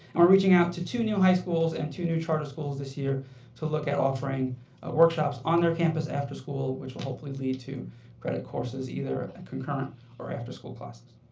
reaching out to two new high schools and two new charter schools this year to look at offering workshops on their campus after school, which will hopefully lead to credit courses either concurrent or after-school classes.